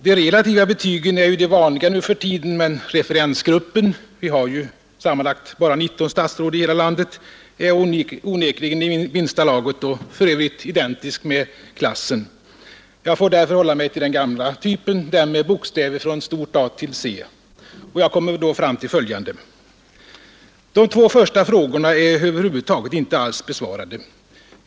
De relativa betygen är ju de vanliga nu för tiden men referensgruppen — vi har ju sammanlagt bara 19 statsrad i hela landet — är onekligen i minsta laget och för övrigt identisk med klassen. Jag far därför hålla mig till den gamla typen, den med bokstäver från A till C. Jag kommer då fram till följande. De tva första frågorna är över huvud taget inte alls besvarade.